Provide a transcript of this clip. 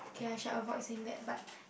okay I shall avoid saying that but